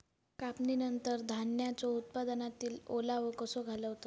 कापणीनंतर धान्यांचो उत्पादनातील ओलावो कसो घालवतत?